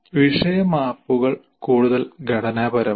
വിഷയ മാപ്പുകൾ കൂടുതൽ ഘടനാപരമാണ്